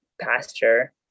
pasture